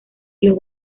los